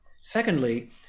Secondly